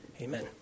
Amen